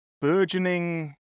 burgeoning